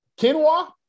Quinoa